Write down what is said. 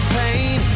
pain